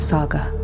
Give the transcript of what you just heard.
Saga